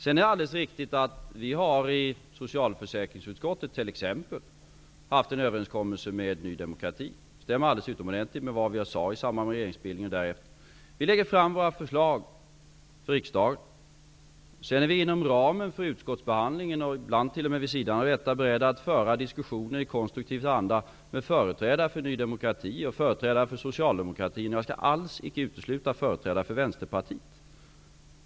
Det är alldeles riktigt att vi i t.ex. socialförsäkringsutskottet har träffat en överenskommelse med Ny demokrati. Det stämmer alldeles utomordentligt med vad jag sade i samband med regeringsbildningen och därefter. Vi lägger fram våra förslag till riksdagen. Sedan är vi inom ramen för utskottsbehandlingen, och ibland t.o.m. vid sidan av denna, beredda att i konstruktiv anda föra diskussioner med företrädare för Ny demokrati och med företrädare för Socialdemokraterna, och jag skall alls icke utesluta företrädare för Vänsterpartiet.